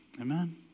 Amen